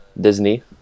Disney